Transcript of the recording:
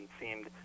seemed